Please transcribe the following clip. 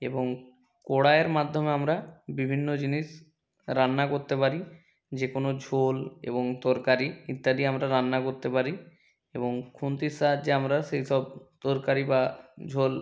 এবং কড়াইয়ের মাধ্যমে আমরা বিভিন্ন জিনিস রান্না করতে পারি যে কোনো ঝোল এবং তরকারি ইত্যাদি আমরা রান্না করতে পারি এবং খুন্তির সাহায্যে আমরা সেই সব তরকারি বা ঝোল